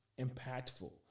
impactful